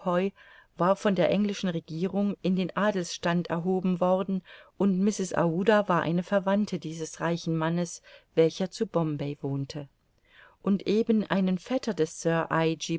war von der englischen regierung in den adelstand erhoben worden und mrs aouda war eine verwandte dieses reichen mannes welcher zu bombay wohnte und eben einen vetter des